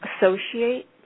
associate